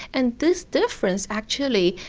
and this difference actually,